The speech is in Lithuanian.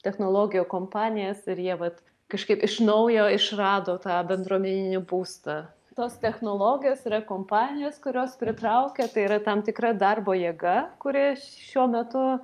technologijų kompanijas ir jie vat kažkaip iš naujo išrado tą bendruomeninį būstą tos technologijos yra kompanijos kurios pritraukia tai yra tam tikra darbo jėga kuri šiuo metu